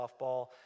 softball